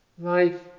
Life